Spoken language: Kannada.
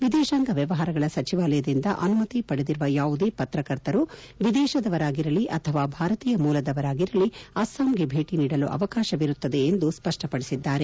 ವಿದೇತಾಂಗ ವ್ಯವಹಾರಗಳ ಸಚಿವಾಲಯದಿಂದ ಅನುಮತಿ ಪಡೆದಿರುವ ಯಾವುದೇ ಪತ್ರಕರ್ತರು ವಿದೇಶದವರಾಗಿರಲಿ ಅಥವಾ ಭಾರತೀಯ ಮೂಲದವರಾಗಿರಲಿ ಅಸ್ಸಾಂಗೆ ಭೇಟಿ ನೀಡಲು ಅವಕಾಶವಿರುತ್ತದೆ ಎಂದು ಸ್ವಷ್ಷಪಡಿಸಿದ್ದಾರೆ